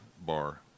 Bar